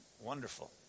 wonderful